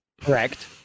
correct